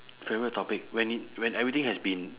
favourite topic when it when everything has been